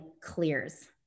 clears